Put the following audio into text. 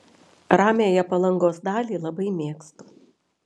ramiąją palangos dalį labai mėgstu